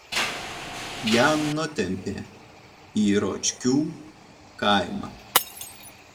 ją nutempė į ročkių kaimą